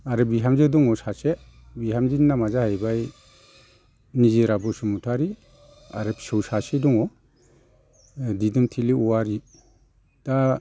आरो बिहामजो दङ सासे बिहामजोनि नामा जाहैबाय निजोरा बसुमथारि आरो फिसौ सासे दङ दिदोमथिलि औवारि दा